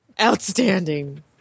Outstanding